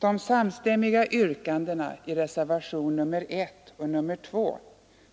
De samstämmiga yrkandena i reservationerna 1 och 2,